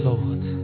Lord